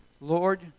Lord